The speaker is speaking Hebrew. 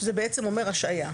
שזה אומר השעיה.